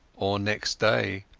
or next day,